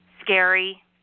scary